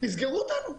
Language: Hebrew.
תסגרו אותנו,